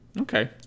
Okay